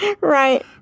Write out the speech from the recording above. Right